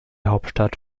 hauptstadt